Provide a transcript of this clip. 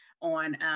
on